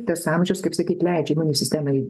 tas amžius kaip sakyt leidžiama sistemai